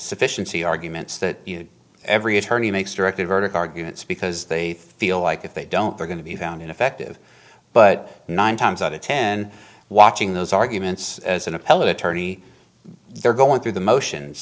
sufficiency arguments that every attorney makes a directed verdict arguments because they feel like if they don't they're going to be found ineffective but nine times out of ten watching those arguments as an appellate attorney they're going through the motions